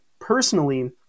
personally